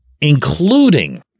including